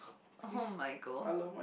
oh Michael